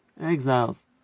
exiles